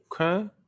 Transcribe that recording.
okay